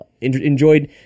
Enjoyed